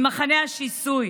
ממחנה השיסוי.